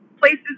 places